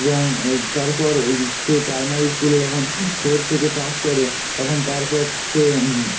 এবং তারপর সে প্রাইমারি স্কুলে যখন ফোর থেকে পাস করে তখন তারপর সে